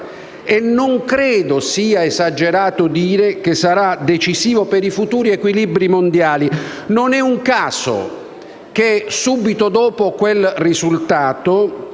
non credo sia esagerato dire che sarà decisivo per i futuri equilibri mondiali. Non è un caso che, subito dopo quel risultato,